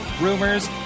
rumors